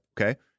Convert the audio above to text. Okay